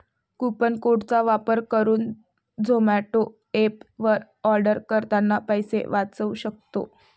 coupon code चा वापर करुन झोमाटो एप वर आर्डर करतांना पैसे वाचउ सक्तो